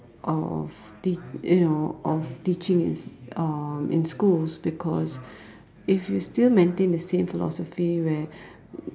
of tea~ you know of teaching in uh in schools because if you still maintain the same philosophy where